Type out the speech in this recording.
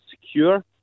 secure